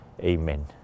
Amen